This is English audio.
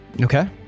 Okay